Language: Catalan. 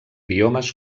biomes